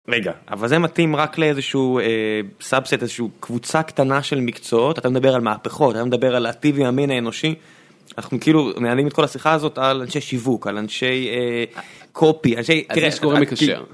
רגע אבל זה מתאים רק לאיזשהו סאבסט איזשהו קבוצה קטנה של מקצועות אתה מדבר על מהפכות מדבר על להטיב עם המין האנושי. אנחנו כאילו מנהלים את כל השיחה הזאת על אנשי שיווק על אנשי קופי.